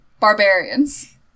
barbarians